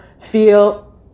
feel